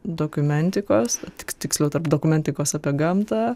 dokumentikos tik tiksliau tarp dokumentikos apie gamtą